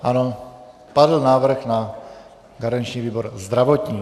Ano, padl návrh na garanční výbor zdravotní.